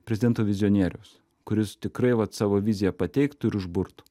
prezidento vizionieriaus kuris tikrai vat savo viziją pateiktų ir užburtų